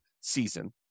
season